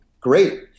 great